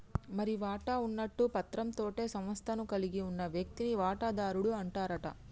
మరి వాటా ఉన్నట్టు పత్రం తోటే సంస్థను కలిగి ఉన్న వ్యక్తిని వాటాదారుడు అంటారట